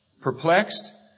perplexed